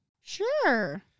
Sure